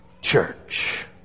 church